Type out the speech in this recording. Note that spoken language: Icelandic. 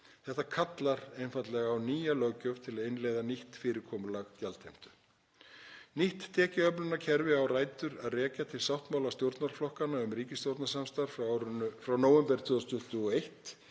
Þetta kallar einfaldlega á nýja löggjöf til að innleiða nýtt fyrirkomulag gjaldheimtu. Nýtt tekjuöflunarkerfi á rætur að rekja til sáttmála stjórnarflokkanna um ríkisstjórnarsamstarf frá nóvember 2021